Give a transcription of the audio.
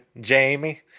Jamie